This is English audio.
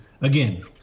again